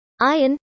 iron